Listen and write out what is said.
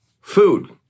food